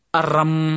aram